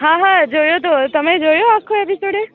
હા હા જોયો તો તમે જોયો આખો એપિસોડ એ